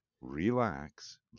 relax